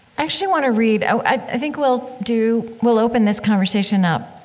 actually want to read i i think we'll do we'll open this conversation up.